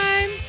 time